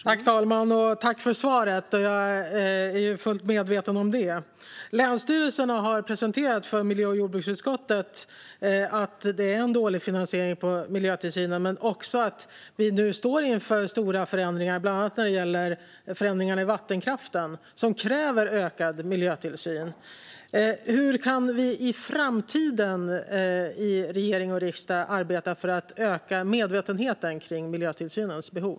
Fru talman! Jag tackar för svaret. Jag är fullt medveten om detta. Länsstyrelserna har presenterat för miljö och jordbruksutskottet att miljötillsynen är dåligt finansierad men också att vi nu står inför stora förändringar, bland annat inom vattenkraften, som gör att det krävs ökad miljötillsyn. Hur kan vi i framtiden i regering och riksdag arbeta för att öka medvetenheten om miljötillsynens behov?